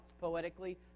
poetically